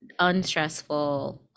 unstressful